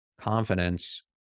confidence